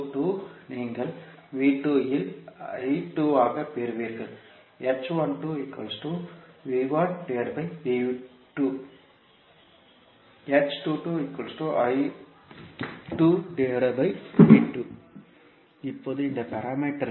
h22 நீங்கள் V2 இல் I2 ஆக பெறுவீர்கள்